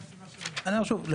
אני אומר שוב,